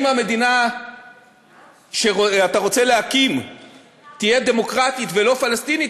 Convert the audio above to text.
אם המדינה שאתה רוצה להקים תהיה דמוקרטית ולא פלסטינית,